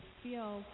feel